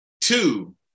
Two